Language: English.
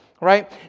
Right